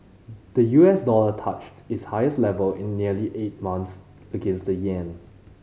the U S dollar touched its highest level in nearly eight months against the yen